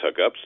hookups